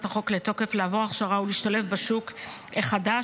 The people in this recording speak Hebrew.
החוק לתוקף לעבור הכשרה ולהשתלב בשוק החדש,